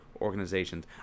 organizations